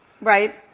Right